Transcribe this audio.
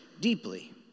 deeply